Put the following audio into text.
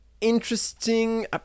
interesting